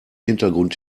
hintergrund